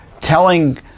telling